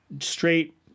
straight